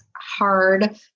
hard